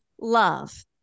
love